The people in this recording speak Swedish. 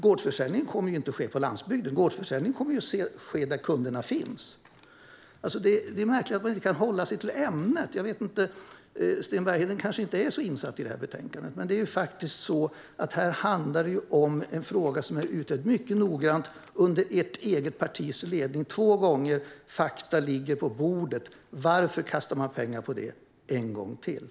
Gårdsförsäljningen kommer inte att ske på landsbygden, utan den kommer att ske där kunderna finns. Det är märkligt att man inte kan hålla sig till ämnet. Jag vet inte om Sten Bergheden är så insatt i betänkandet, men här handlar det om en fråga som är mycket noggrant utredd under ert eget partis ledning två gånger. Fakta ligger på bordet. Varför kastar man bort pengar på detta en gång till?